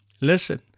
listen